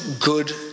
good